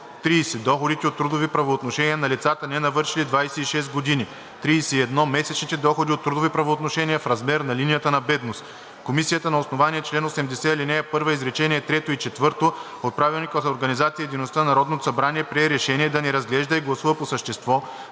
30. доходите от трудови правоотношения на лицата, ненавършили 26 години; 31. месечните доходи от трудови правоотношения в размера на линията за бедност“.“ Комисията на основание чл. 80, ал. 1, изречение трето и четвърто от Правилника за организацията и дейността на Народното събрание прие решение да не разглежда и гласува по същество